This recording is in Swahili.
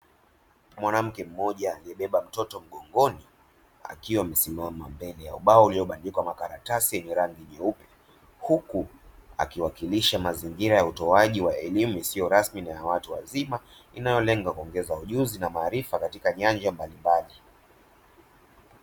Mwanamke mmoja aliyebeba mtoto mgongoni akiwa amesimama mbela ya ubao ulio bandikwa makaratasi yenye rangi nyeupe huku akiwakilisha mazingira ya utoaji wa elimu isiyo rasmi na ya watu wazima inayo lenga kuongeza ujuzi na maarifa katika nyanja mbalimbali.